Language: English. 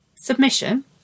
Submission